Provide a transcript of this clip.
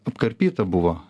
apkarpyta buvo